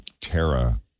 Tara